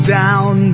down